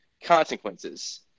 consequences